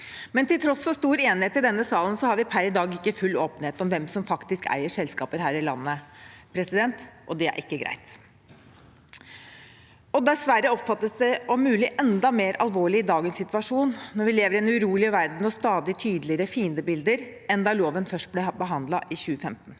Til tross for stor enighet i denne salen har vi per i dag ikke full åpenhet om hvem som faktisk eier selskaper her i landet, og det er ikke greit. Dessverre oppfattes det om mulig enda mer alvorlig i dagens situasjon, når vi lever i en urolig verden med stadig tydeligere fiendebilder enn da loven først ble behandlet i 2015.